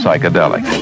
Psychedelic